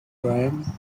graham